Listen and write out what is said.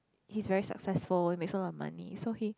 he's very successful makes a lot of money so he